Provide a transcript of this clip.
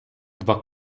два